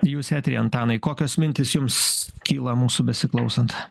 jūs eteryje antanai kokios mintys jums kyla mūsų besiklausant